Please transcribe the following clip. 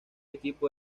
equipo